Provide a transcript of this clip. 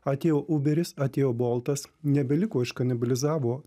atėjo uberis atėjo boltas nebeliko iškanibalizavo